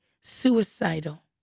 suicidal